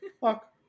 look